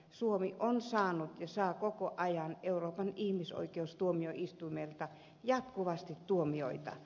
suomi on saanut ja saa euroopan ihmisoikeustuomioistuimelta jatkuvasti tuomioita